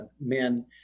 men